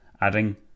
adding